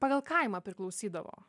pagal kaimą priklausydavo